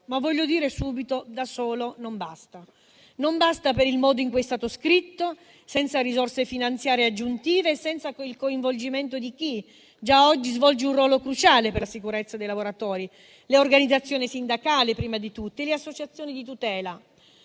che questa misura da sola non basta. Non basta per il modo in cui è stata scritta, senza risorse finanziarie aggiuntive, senza il coinvolgimento di chi già oggi svolge un ruolo cruciale per la sicurezza dei lavoratori, le organizzazioni sindacali prima di tutto e le associazioni di tutela.